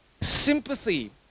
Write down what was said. sympathy